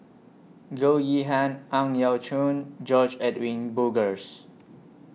Goh Yihan Ang Yau Choon George Edwin Bogaars